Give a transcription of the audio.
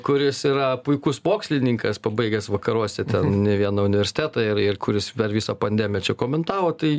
kuris yra puikus mokslininkas pabaigęs vakaruose ten ne vieną universitetą ir ir kuris per visą pandemiją čia komentavo tai